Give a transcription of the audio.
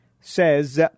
says